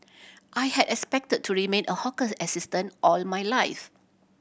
I had expected to remain a hawker assistant all my life